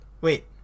Wait